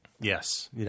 Yes